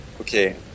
Okay